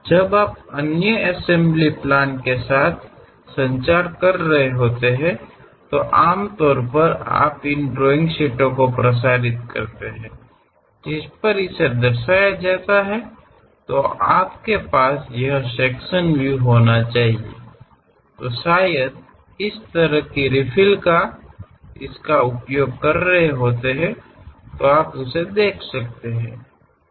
ನೀವು ಇತರ ಅಸೆಂಬ್ಲಿ ಯೋಜನೆಗಳೊಂದಿಗೆ ಸಂವಹನ ನಡೆಸುತ್ತಿರುವಾಗ ಸಾಮಾನ್ಯವಾಗಿ ನೀವು ಈ ಡ್ರಾಯಿಂಗ್ ಶೀಟ್ಗಳನ್ನು ಪ್ರಸಾರ ಮಾಡುತ್ತೀರಿ ನೀವು ಈ ವಿಭಾಗೀಯ ಪ್ರಾತಿನಿಧ್ಯವನ್ನು ಹೊಂದಿರಬೇಕಾದರೆ ಬಹುಶಃ ಅಂತಹ ರೀತಿಯ ಪುನರ್ಭರ್ತಿಯನ್ನು ಬಳಸುತ್ತಿರಬಹುದು